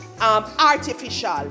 artificial